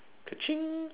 ka ching